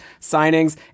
signings